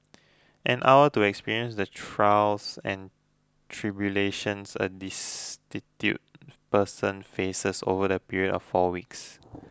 an hour to experience the trials and tribulations a destitute person faces over a period of four weeks